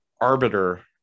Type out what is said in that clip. arbiter